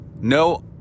No